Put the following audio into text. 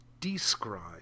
describe